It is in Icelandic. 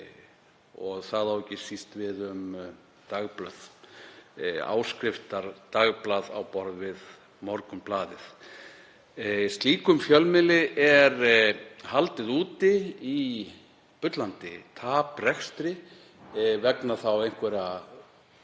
og það á ekki síst við um dagblöð, áskriftardagblað á borð við Morgunblaðið. Slíkum fjölmiðli er haldið úti í bullandi taprekstri vegna skyldra